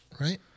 right